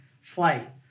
flight